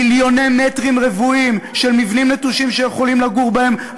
מיליוני מטרים רבועים של מבנים נטושים שיכולים לגור בהם,